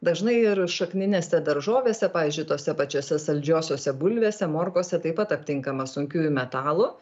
dažnai ir šakninėse daržovėse pavyzdžiui tose pačiose saldžiosiose bulvėse morkose taip pat aptinkama sunkiųjų metalų